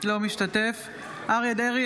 אינו משתתף בהצבעה אריה מכלוף דרעי,